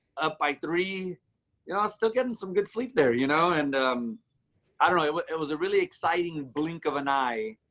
up by three, you know, i'm still getting some good sleep there, you know, and i don't know. it was it was a really exciting blink of an eye.